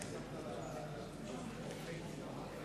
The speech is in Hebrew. במרכז העבודה זה הולך יותר מהר.